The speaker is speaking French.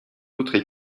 autres